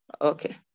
Okay